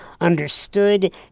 understood